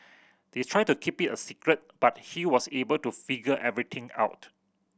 they tried to keep it a secret but he was able to figure everything out